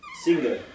single